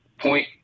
Point